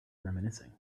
reminiscing